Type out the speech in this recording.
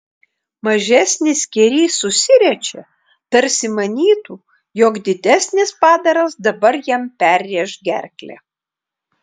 mažesnis skėrys susiriečia tarsi manytų jog didesnis padaras dabar jam perrėš gerklę